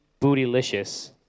Bootylicious